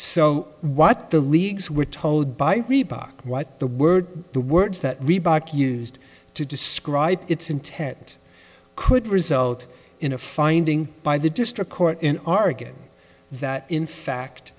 so what the leagues were told by reebok what the words the words that reebok used to describe its intent could result in a finding by the district court in oregon that in fact